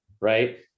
Right